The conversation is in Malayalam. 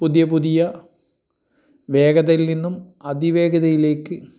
പുതിയ പുതിയ വേഗതയിൽ നിന്നും അതിവേഗതയിലേക്ക്